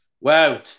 Wow